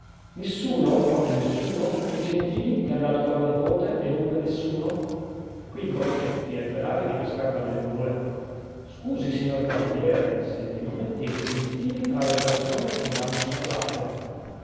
nessuno proprio nessuno e il gentili che è andato con la nepote è dunque nessuno qui il borgnetti ebbe l'aria di cascar dalle nuvole scusi signor cavaliere diss'egli non mettevo il gentili tra le persone che vanno osservate